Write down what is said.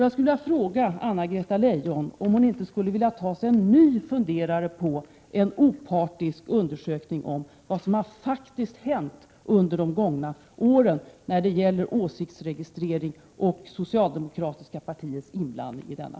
Jag skulle vilja fråga Anna-Greta Leijon om hon inte skulle kunna ta sig en ny funderare på en opartisk undersökning om vad som faktiskt har hänt under de gångna åren när det gäller åsiktsregistrering och det socialdemokratiska partiets inblandning i denna.